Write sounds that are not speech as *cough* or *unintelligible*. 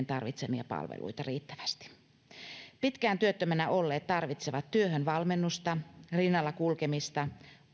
*unintelligible* tarvitsemia palveluita riittävästi pitkään työttömänä olleet tarvitsevat työhönvalmennusta rinnalla kulkemista